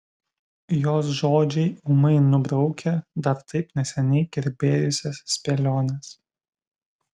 jos žodžiai ūmai nubraukia dar taip neseniai kirbėjusias spėliones